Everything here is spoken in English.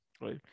Right